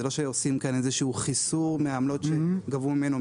זה לא שעושים כאן איזה שהוא חיסור מעמלות שגבו ממנו.